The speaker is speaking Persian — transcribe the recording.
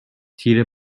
تیره